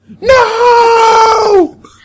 No